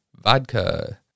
vodka